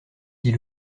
dit